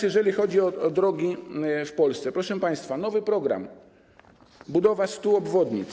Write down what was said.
Jeżeli chodzi o drogi w Polsce, proszę państwa, nowy program: budowa 100 obwodnic.